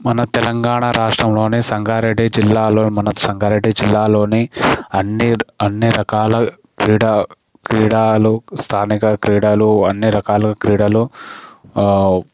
మన తెలంగాణ రాష్ట్రంలోనే సంగారెడ్డి జిల్లాలో మన సంగారెడ్డి జిల్లాలోని అన్ని అన్ని రకాల క్రీడా క్రీడాలు స్థానిక క్రీడలు అన్ని రకాల క్రీడలు